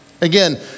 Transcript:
Again